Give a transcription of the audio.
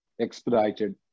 expedited